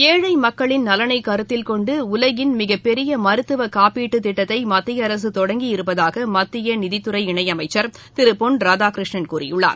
ஏழை மக்களின் நலனை கருத்தில் கொண்டு உலகின் மிகப்பெரிய மருத்துவ காப்பீட்டு திட்டத்தை மத்திய அரசு தொடங்கி இருப்பதாக மத்திய நிதித்துறை இணை அமைச்சர் திரு பொன் ராதாகிருஷ்ணன் கூறியுள்ளார்